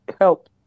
help